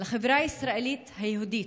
לחברה הישראלית היהודית: